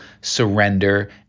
surrender